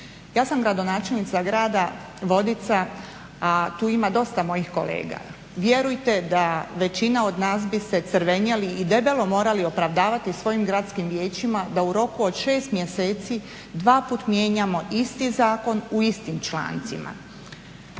Ja sam gradonačelnica grada Vodica, a tu ima dosta mojih kolega, vjerujte da većina od nas bi se crvenjeli i debelo morali opravdavati svojim gradskim vijećima da u roku od 6 mjeseci dva puta mijenjamo isti zakon u istim člancima.